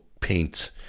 paint